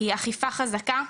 היא אכיפה חזקה,